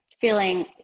feeling